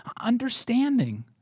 Understanding